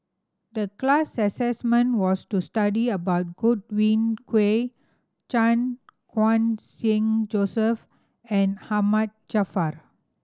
the class assignment was to study about Godwin Koay Chan Khun Sing Joseph and Ahmad Jaafar